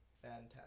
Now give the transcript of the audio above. Fantastic